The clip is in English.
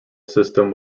system